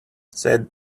said